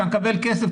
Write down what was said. אתה מקבל כסף,